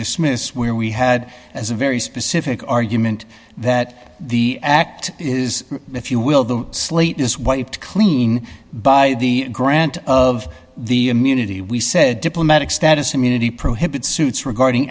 dismiss where we had as a very specific argument that the act is if you will the slate is wiped clean by the grant of the immunity we said diplomatic status immunity prohibits suits regarding